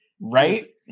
right